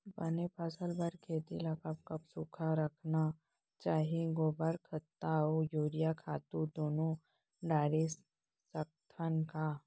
बने फसल बर खेती ल कब कब सूखा रखना चाही, गोबर खत्ता और यूरिया खातू दूनो डारे सकथन का?